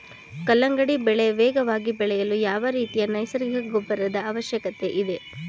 ಕಲ್ಲಂಗಡಿ ಬೆಳೆ ವೇಗವಾಗಿ ಬೆಳೆಯಲು ಯಾವ ರೀತಿಯ ನೈಸರ್ಗಿಕ ಗೊಬ್ಬರದ ಅವಶ್ಯಕತೆ ಇದೆ?